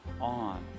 on